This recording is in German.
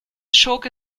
schurke